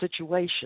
situation